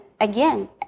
again